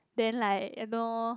then like you know